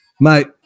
mate